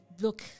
Look